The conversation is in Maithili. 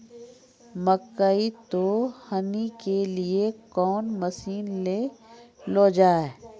मकई तो हनी के लिए कौन मसीन ले लो जाए?